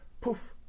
poof